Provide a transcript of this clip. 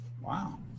Wow